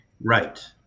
Right